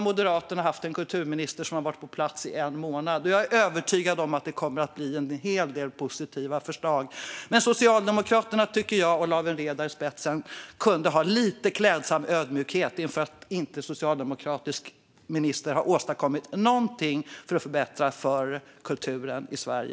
Moderaterna har nu haft en kulturminister på plats i en månad. Jag är övertygad om att det kommer att läggas fram en hel del positiva förslag. Socialdemokraterna med Lawen Redar i spetsen tycker jag kunde ha lite klädsam ödmjukhet inför att den socialdemokratiskt ledda regeringen under åtta år inte åstadkom någonting för att förbättra för kulturen i Sverige.